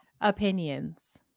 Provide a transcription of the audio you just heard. opinions